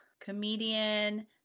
comedian